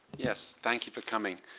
yes, thank you for coming.